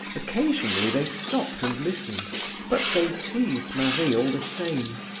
occasionally they stopped and listened but they teased marie all the same.